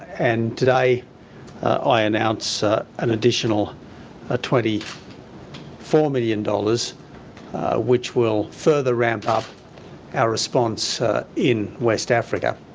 and today i announce an additional ah twenty four million dollars which will further ramp up our response in west africa.